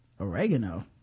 Oregano